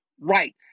right